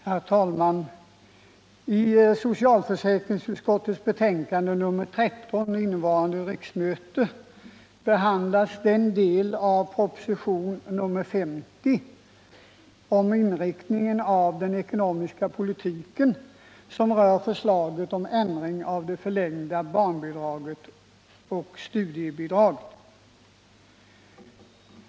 Herr talman! I socialförsäkringsutskottets betänkande nr 13 vid innevarande riksmöte behandlas den del av proposition nr 50 om inriktningen av den ekonomiska politiken som rör förslaget om ändring av det förlängda barnbidraget och studiebidraget.